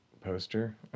poster